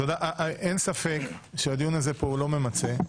אין ספק שהדיון פה אינו ממצה.